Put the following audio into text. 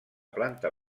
planta